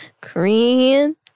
Korean